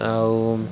ଆଉ